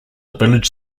village